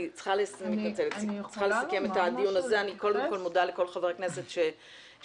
אני קודם כל מודה לכל חברי הכנסת שהגיעו,